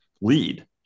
lead